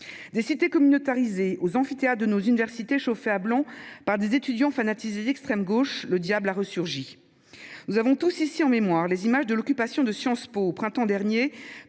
Des cités communautarisées aux amphithéâtres de nos universités chauffés à blanc par des étudiants fanatisés d’extrême gauche, le diable a resurgi. Nous avons tous ici en mémoire les images de l’occupation de Sciences Po, au printemps dernier,